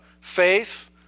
faith